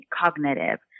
cognitive